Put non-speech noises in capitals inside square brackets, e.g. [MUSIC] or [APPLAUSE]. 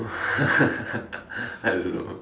[LAUGHS] I don't know